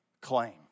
claim